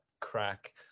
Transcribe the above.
crack